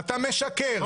אתה משקר.